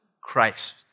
Christ